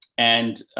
and,